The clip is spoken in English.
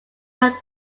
had